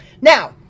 Now